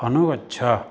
अनुगच्छ